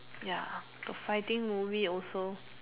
ya got fighting movie also